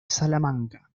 salamanca